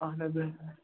اَہَن حظ